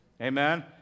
Amen